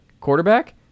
quarterback